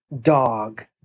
dog